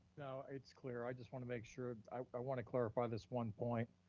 no, it's clear, i just wanna make sure, i i wanna clarify this one point.